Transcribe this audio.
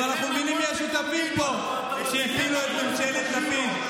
גם אנחנו מבינים מי השותפים פה שהפילו את ממשלת לפיד.